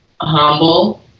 humble